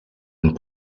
and